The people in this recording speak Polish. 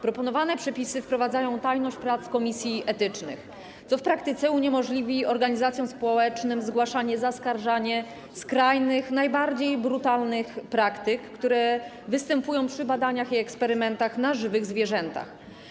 Proponowane przepisy wprowadzają tajność prac komisji etycznych, co w praktyce uniemożliwi organizacjom społecznym zgłaszanie, zaskarżenie skrajnych najbardziej brutalnych praktyk, które występują w przypadku badań i eksperymentów na żywych zwierzętach.